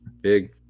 big